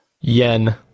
yen